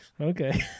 okay